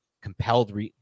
compelled